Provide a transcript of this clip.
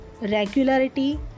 regularity